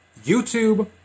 YouTube